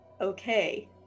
okay